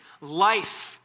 life